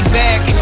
back